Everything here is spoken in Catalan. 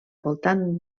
voltant